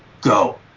go